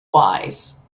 wise